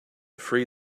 free